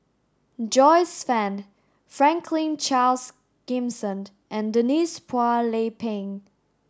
Joyce Fan Franklin Charles Gimson and Denise Phua Lay Peng